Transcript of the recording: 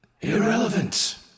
Irrelevant